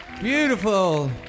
Beautiful